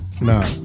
Nah